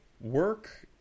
work